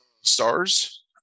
Stars